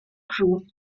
crew